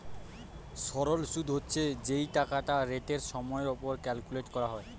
সরল শুদ হচ্ছে যেই টাকাটা রেটের সময়ের উপর ক্যালকুলেট করা হয়